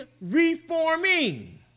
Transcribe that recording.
reforming